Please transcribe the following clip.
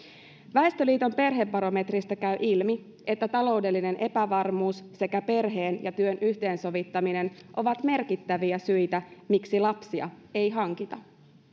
väestöliiton perhebarometristä käy ilmi että taloudellinen epävarmuus sekä perheen ja työn yhteensovittaminen ovat merkittäviä syitä miksi lapsia ei hankita